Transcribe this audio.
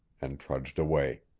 and trudged away.